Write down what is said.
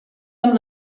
amb